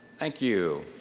thank you.